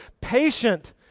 patient